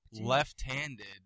left-handed